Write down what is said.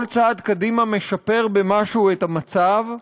כל צעד קדימה משפר במשהו את המצב,